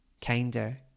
kinder